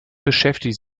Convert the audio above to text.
beschäftigt